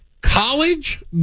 college